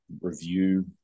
review